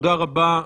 תודה רבה.